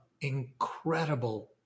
incredible